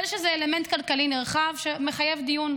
אבל יש איזה אלמנט כלכלי נרחב שמחייב דיון.